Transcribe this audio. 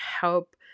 help